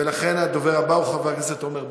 ולכן הדובר הבא הוא חבר הכנסת עמר בר-לב.